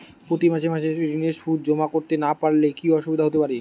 প্রতি মাসে মাসে ঋণের সুদ জমা করতে না পারলে কি অসুবিধা হতে পারে?